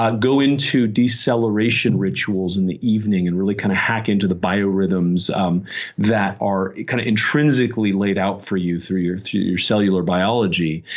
go into deceleration rituals in the evening and really kind of hack into the biorhythms um that are kind of intrinsically laid out for you through your through your cellular biology,